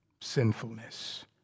sinfulness